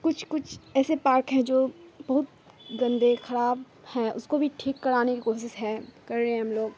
کچھ کچھ ایسے پارک ہیں جو بہت گندے خراب ہیں اس کو بھی ٹھیک کرانے کی کوشش ہے کر رہے ہیں ہم لوگ